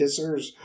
kissers